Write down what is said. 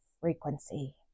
frequency